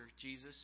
Jesus